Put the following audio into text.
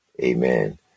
Amen